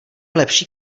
lepší